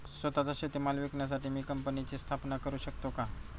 स्वत:चा शेतीमाल विकण्यासाठी मी कंपनीची स्थापना करु शकतो का?